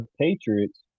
Patriots